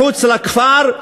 מחוץ לכפר,